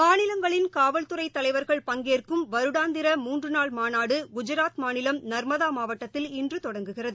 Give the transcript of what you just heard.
மாநிலங்களின் காவல்துறை தலைவர்கள் பங்கேற்கும் வருடாந்திர மூன்ற நாள் மாநாடு குஜாத் மாநிலம் நர்மதா மாவட்டத்தில் இன்று தொடங்குகிறது